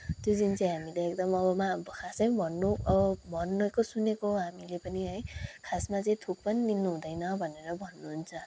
त्यो दिन चाहिँ हामीले एकदम मा खासैमा भन्नु अब भनेको सुनेको हो हामीले पनि है खासमा चाहिँ थुक पनि निल्नु हुँदैन भनेर भन्नुहुन्छ